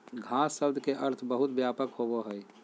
घास शब्द के अर्थ बहुत व्यापक होबो हइ